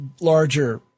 larger